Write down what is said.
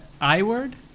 I-word